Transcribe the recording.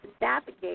navigate